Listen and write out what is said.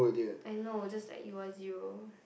I know just that it was you